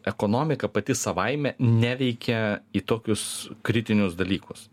ekonomika pati savaime neveikia į tokius kritinius dalykus